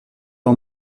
pas